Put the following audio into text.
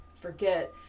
forget